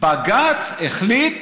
בג"ץ החליט